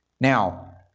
Now